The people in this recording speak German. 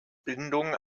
bindungen